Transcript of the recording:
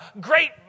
great